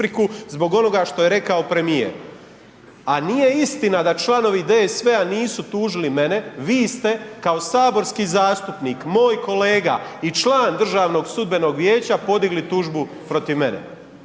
zbog onoga što je rekao premijer. A nije istina da članovi DSV-a nisu tužili mene, vi ste kao saborski zastupnik, moj kolega i član DSV-a podigli tužbu protiv mene,